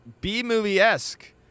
B-movie-esque